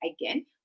again